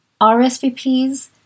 RSVPs